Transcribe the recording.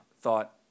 thought